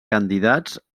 candidats